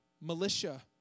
militia